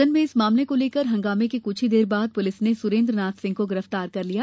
सदन में इस मामले को लेकर हंगामे के कुछ ही देर बाद पुलिस ने सुरेन्द्रनाथ सिंह को गिरफ्तार कर लिया